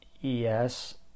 yes